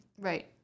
right